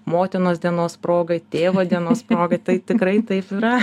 motinos dienos proga tėvo dienos proga tai tikrai taip yra